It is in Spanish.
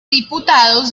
diputados